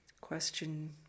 question